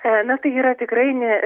na tai yra tikrai ne